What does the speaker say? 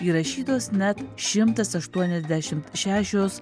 įrašytos net šimtas aštuoniasdešimt šešios